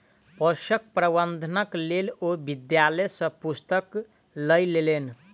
पोषक प्रबंधनक लेल ओ विद्यालय सॅ पुस्तक लय लेलैन